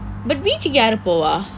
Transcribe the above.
but beach க்கு யாரு போவா:kku yaaru poovaa